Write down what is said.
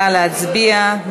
נא להצביע.